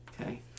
Okay